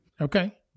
Okay